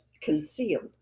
Concealed